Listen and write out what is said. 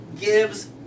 gives